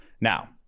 Now